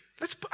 Let's-